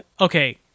okay